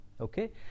okay